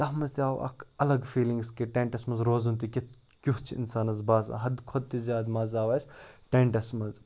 تَتھ منٛز تہِ آو اَکھ اَلگ فیٖلِنٛگٕس کہِ ٹٮ۪نٛٹَس منٛز روزُن تہِ کہِ کیُتھ چھُ اِنسانَس باسان حدٕ کھۄتہٕ تہِ زیادٕ مَزٕ آو اَسہِ ٹٮ۪نٛٹَس منٛز